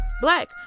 black